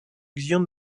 xian